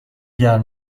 گرم